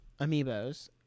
Amiibos